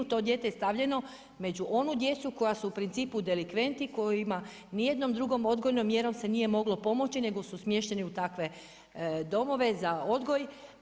To dijete je stavljeno među onu djecu koju su u principu delikventi koji ima, ni jednom drugom odgojnom mjerom se nije moglo pomoći nego su smješteni u takve domove za odgoj.